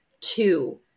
two